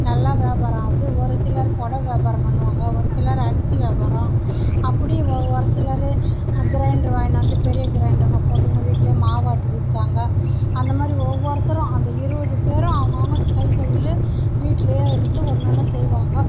நல்லா வியாபாரம் ஆகுது ஒரு சிலர் புடவ வியாபாரம் பண்ணுவாங்க ஒரு சிலர் அரிசி வியாபாரம் அப்படியும் ஒரு சிலர் கிரைண்டர் வாங்கிட்டு வந்து பெரிய கிரைண்டருங்க போட்டுக்கினு வீட்டுலேயே மாவு ஆட்டி வித்தாங்க அந்த மாதிரி ஒவ்வொருத்தரும் அந்த இருபது பேரும் அவங்க அவங்க கைத்தொழில் வீட்டுலயே இருந்து ஒன்று ஒன்று செய்வாங்க